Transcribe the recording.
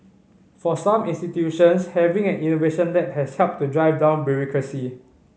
for some institutions having an innovation lab has helped to drive down bureaucracy